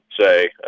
say